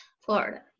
Florida